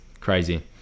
crazy